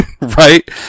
right